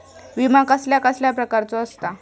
विमा कसल्या कसल्या प्रकारचो असता?